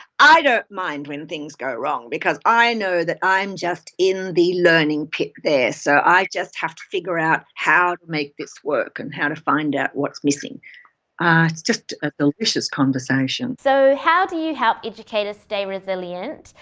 i don't mind when things go wrong, because i know that i'm just in the learning pit there so i just have to figure out how to make this work and how to find out what's missing it's just a delicious conversation so how do you help educator's stay resilient,